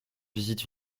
visite